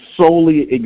solely